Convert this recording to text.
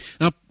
Now